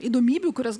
įdomybių kurias